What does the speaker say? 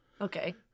Okay